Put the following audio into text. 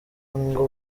ngo